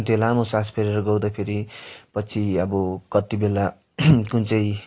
त्यो लामो सास फेरेर गाउँदाखेरि पछि अब कति बेला कुन चाहिँ